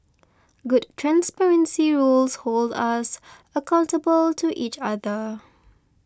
good transparency rules hold us accountable to each other